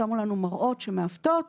שמו לנו מראות שמעוותות